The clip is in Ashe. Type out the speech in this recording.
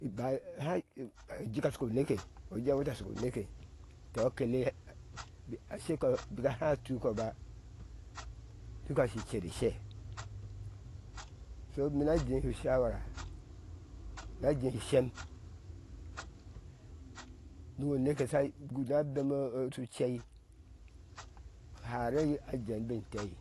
Ba hau jika shu ke neke shu jɛɛ hɛti a jika shii ko neke tɔɔ a kele a shekɔɔ bika hatuu ko duk a shi cer ishɛɛ shome ma jehe ushawara na jehe ishen ubin no neke shu na bɛma shu cɛai hara i ajen be itɛɛi